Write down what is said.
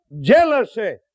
jealousy